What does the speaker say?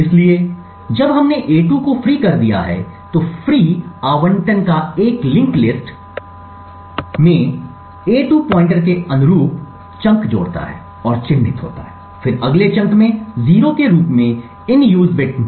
इसलिए जब हमने a2 को फ्री कर दिया है तो फ्री आवंटन एक लिंक्ड लिस्ट में इस a2 पॉइंटर के अनुरूप चंक जोड़ता है और चिन्हित होता है फिर अगले चंक में 0 के रूप में इन यूज बिट में